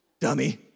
Dummy